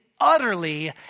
utterly